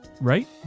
right